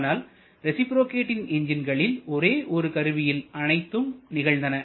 ஆனால் ரேசிப்ரோகேட்டிங் என்ஜின்களில் ஒரே கருவியில் அனைத்தும் நிகழ்ந்தன